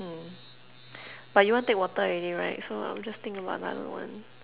hmm but you want take water already right so I'll just think about another one